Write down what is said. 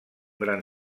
gran